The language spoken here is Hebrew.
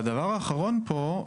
והדבר האחרון פה,